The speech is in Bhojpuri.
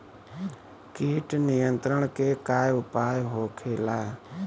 कीट नियंत्रण के का उपाय होखेला?